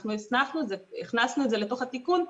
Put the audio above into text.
אנחנו הכנסנו את זה לתוך התיקון,